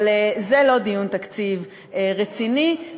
אבל זה לא דיון תקציב רציני.